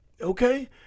Okay